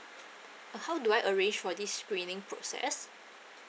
uh how do I arrange for this screening process